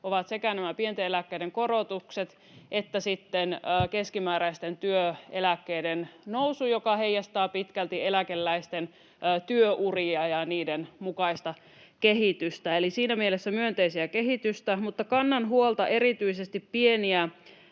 ovat sekä nämä pienten eläkkeiden korotukset että sitten keskimääräisten työeläkkeiden nousu, joka heijastaa pitkälti eläkeläisten työuria ja niiden mukaista kehitystä. Eli siinä mielessä myönteistä kehitystä. Mutta kannan huolta erityisesti pieniä